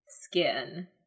skin